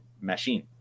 machine